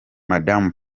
madamu